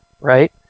right